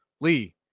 Lee